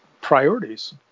priorities